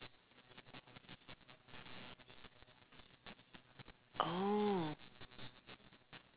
oh